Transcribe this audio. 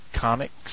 Comics